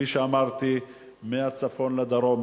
מהצפון לדרום,